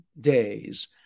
days